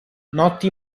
notti